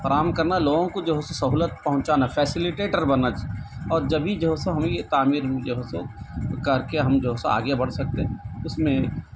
فراہم کرنا لوگوں کو جو ہے سو سہولت پہنچانا فیسیلیٹیٹر بننا اور جبھی جو ہے سو ہمیں یہ کامیں جو ہے سو کر کے ہم جو ہے سو آگے بڑھ سکتے ہیں اس میں